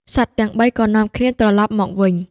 សត្វទាំងបីក៏នាំគ្នាត្រឡប់មកវិញ។